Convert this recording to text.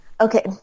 Okay